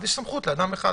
יש סמכות לאדם אחד.